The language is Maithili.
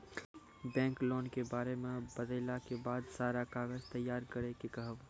बैंक लोन के बारे मे बतेला के बाद सारा कागज तैयार करे के कहब?